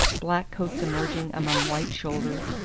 black coats emerging among white shoulders,